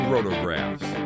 Rotographs